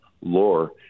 lore